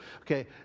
Okay